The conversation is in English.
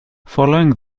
following